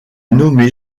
nommée